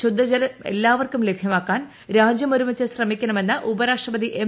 ശുദ്ധജലം എല്ലാവർക്കും ലഭ്യമാക്കാൻ രാജ്യം ഒരുമിച്ച് ശ്രമിക്കണമെന്ന് ഉപരാഷ്ട്രപതി എം